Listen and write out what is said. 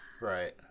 Right